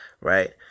Right